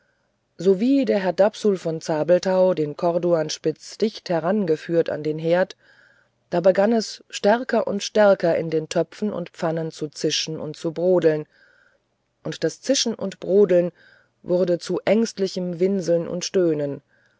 sowie der herr dapsul von zabelthau den corduanspitz dicht heranführte an den herd da begann es stärker und stärker in den töpfen und pfannen zu zischen und zu brodeln und das zischen und brodeln wurde zu ängstlichem winseln und stöhnen